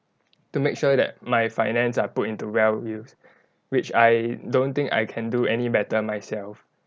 to make sure that my finance are put into well use which I don't think I can do any better myself